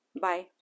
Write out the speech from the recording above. bye